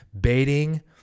baiting